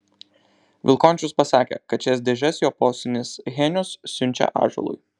vilkončius pasakė kad šias dėžes jo posūnis henius siunčia ąžuolui